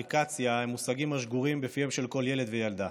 "אפליקציה" הם מושגים השגורים בפיהם של כל ילד וילדה,